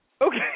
Okay